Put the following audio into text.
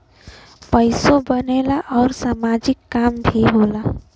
पइसो बनेला आउर सामाजिक काम भी होला